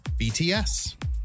BTS